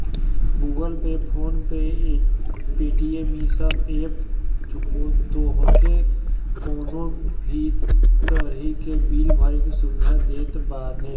Google Pay, PhonePe, Paytm इ सब app तोहके कवनो भी तरही के बिल भरे के सुविधा देत बाने